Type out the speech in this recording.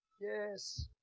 Yes